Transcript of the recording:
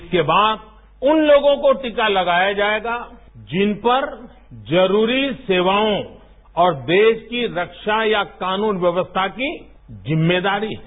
इसके बाद उन लोगों को टीका लगाया जाएगा जिन पर जरूरी सेवायों और देश की रक्षा या कानून व्यवस्था की जिम्मेदारी है